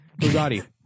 Bugatti